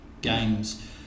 Games